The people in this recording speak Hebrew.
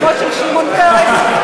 בשמו של שמעון פרס,